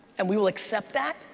and we will accept that,